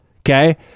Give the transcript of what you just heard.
Okay